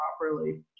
properly